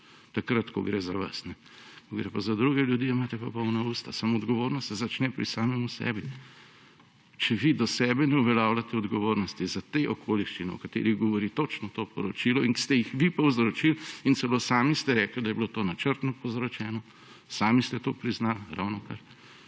takrat ko gre za vas. Ko gre za druge ljudi, je imate pa polna usta. Samo odgovornost se začne pri samemu sebi. Če vi do sebe ne uveljavljate odgovornosti za te okoliščine, o katerih govori točno to poročilo in ste jih vi povzročili – in celo sami ste rekli, da je bilo to načrtno povzročeno, sami ste to priznali ravnokar